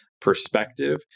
perspective